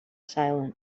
silent